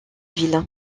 ville